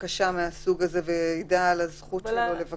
בקשה מהסוג הזה וידע על הזכות שלו לבקש את זה.